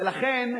ולכן,